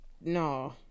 No